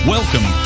Welcome